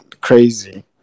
crazy